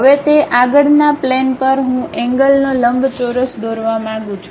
હવે તે આગળના પ્લેન પર હું એન્ગ્લનો લંબચોરસ દોરવા માંગું છું